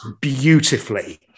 beautifully